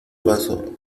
paso